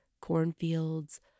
cornfields